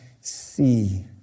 see